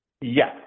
Yes